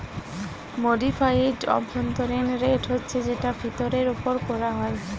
modified অভ্যন্তরীণ rate হচ্ছে যেটা ফিরতের উপর কোরা হয়